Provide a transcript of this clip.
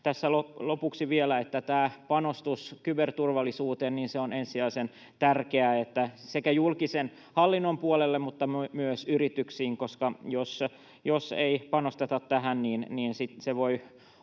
tässä lopuksi vielä, että panostus kyberturvallisuuteen on ensisijaisen tärkeää sekä julkisen hallinnon puolelle mutta myös yrityksiin, koska jos ei panosteta tähän, niin se lasku